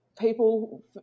people